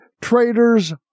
traitors